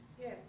Yes